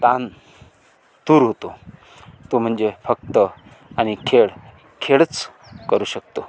ताण दूर होतो तो म्हणजे फक्त आणि खेळ खेळच करू शकतो